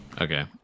Okay